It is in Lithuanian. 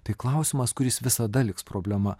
tai klausimas kuris visada liks problema